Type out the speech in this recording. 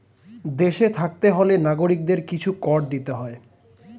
দেশে থাকতে হলে নাগরিকদের কিছু কর দিতে হয়